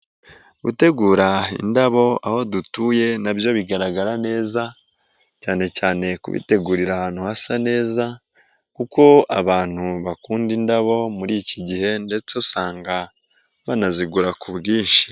Gutegura indabo aho dutuye nabyo bigaragara neza, cyane cyane kubitegurira ahantu hasa neza, kuko abantu bakunda indabo muri iki gihe ndetse usanga banazigura ku bwinshi.